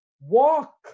Walk